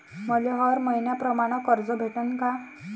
मले हर मईन्याप्रमाणं कर्ज भेटन का?